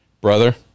brother